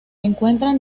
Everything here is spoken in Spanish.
encuentran